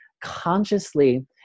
consciously